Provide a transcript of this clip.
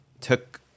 took